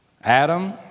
Adam